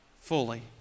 fully